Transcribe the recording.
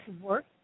work